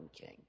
king